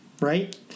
right